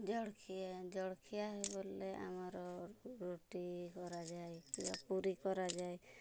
ଜଳଖିଆ ଜଳଖିଆ ହେଇଗଲେ ଆମର ରୁଟି କରାଯାଏ କିମ୍ବା ପୁରୀ କରାଯାଏ